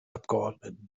abgeordneten